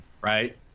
Right